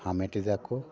ᱦᱟᱢᱮᱴ ᱮᱫᱟ ᱠᱚ